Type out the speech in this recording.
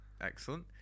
Excellent